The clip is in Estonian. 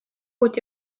uut